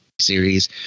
series